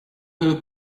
her